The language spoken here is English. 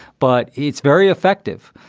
but it's very effective.